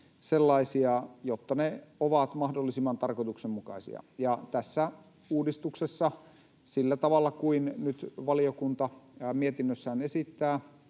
sellaisia, että ne ovat mahdollisimman tarkoituksenmukaisia. Ja tässä uudistuksessa, sillä tavalla kuin nyt valiokunta mietinnössään esittää,